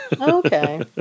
Okay